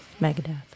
Megadeth